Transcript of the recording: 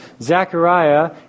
Zechariah